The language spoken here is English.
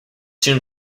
soon